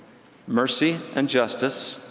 mercy and justice.